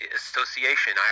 association